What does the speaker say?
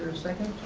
second.